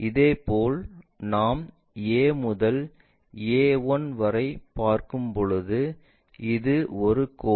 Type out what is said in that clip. இதேபோல் நாம் A முதல் A 1 வரை பார்க்கும்போது இது ஒரு கோடு